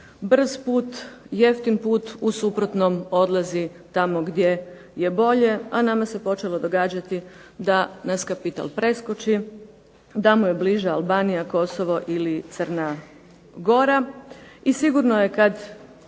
brz put, jeftin put, u suprotnom odlazi tamo gdje je bolje, a nama se počelo događati da nas kapital preskoči, da mu je bliže Albanija, Kosovo, Crna gora. I sigurno je kada